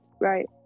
right